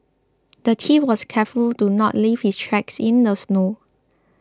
the thief was careful to not leave his tracks in the snow